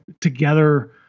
together